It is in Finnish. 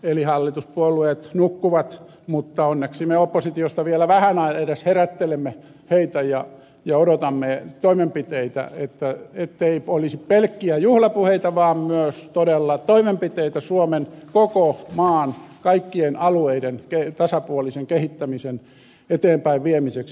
eli hallituspuolueet nukkuvat mutta onneksi me oppositiosta vielä vähän edes herättelemme heitä ja odotamme toimenpiteitä ettei olisi pelkkiä juhlapuheita vaan myös todella toimenpiteitä suomen koko maan kaikkien alueiden tasapuolisen kehittämisen eteenpäin viemiseksi